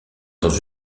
dans